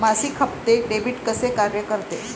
मासिक हप्ते, डेबिट कसे कार्य करते